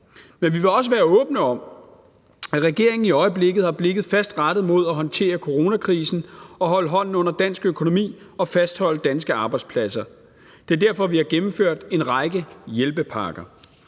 men vi vil også være åbne om, at regeringen i øjeblikket har blikket fast rettet mod at håndtere coronakrisen og holde hånden under dansk økonomi og fastholde danske arbejdspladser. Det er derfor, at vi har gennemført en række hjælpepakker.